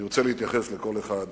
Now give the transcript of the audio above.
אני רוצה להתייחס לכל אחת